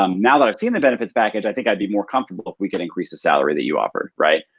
um now that i've seen the benefits package i think i'd be more comfortable if we could increase the salary that you offered, right?